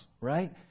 right